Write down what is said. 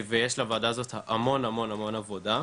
ויש לוועדה הזאת המון המון המון עבודה.